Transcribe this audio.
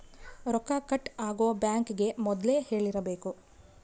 ರೊಕ್ಕ ಕಟ್ ಆಗೋ ಬ್ಯಾಂಕ್ ಗೇ ಮೊದ್ಲೇ ಹೇಳಿರಬೇಕು